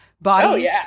bodies